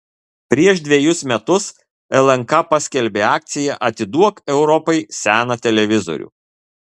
prieš dvejus metus lnk paskelbė akciją atiduok europai seną televizorių